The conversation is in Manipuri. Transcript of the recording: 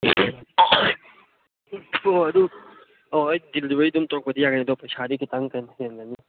ꯑꯣ ꯑꯩ ꯗꯤꯂꯤꯕꯔꯤ ꯑꯗꯨꯝ ꯇꯧꯔꯛꯄꯗꯤ ꯌꯥꯅꯤ ꯑꯗꯣ ꯄꯩꯁꯥꯗꯤ ꯈꯤꯇꯪ ꯀꯩꯅꯣ ꯍꯦꯟꯒꯅꯤ